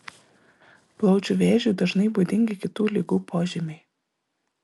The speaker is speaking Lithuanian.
plaučių vėžiui dažnai būdingi kitų ligų požymiai